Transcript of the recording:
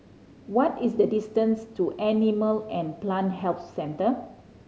what is the distance to Animal and Plant Health Centre